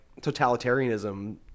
totalitarianism